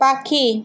পাখি